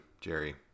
Jerry